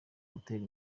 gutera